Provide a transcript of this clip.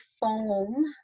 foam